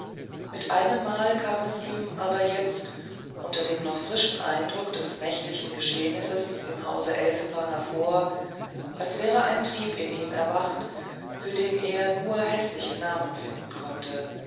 mit einemmal kam es ihm aber jetzt unter dem noch frischen eindruck des nächtlichen geschehnisses im hause elsenwanger vor als wäre ein trieb ihn ihm erwacht für den er nur häßliche namen finden konnte